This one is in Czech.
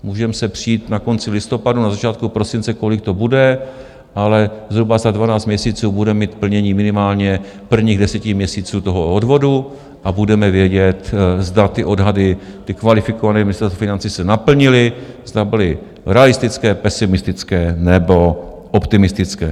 Můžeme se přít na konci listopadu, na začátku prosince, kolik to bude, ale zhruba za dvanáct měsíců budeme mít plnění minimálně prvních deseti měsíců toho odvodu a budeme vědět, zda ty odhady, ty kvalifikované, Ministerstva financí, se naplnily, zda byly realistické, pesimistické nebo optimistické.